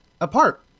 Apart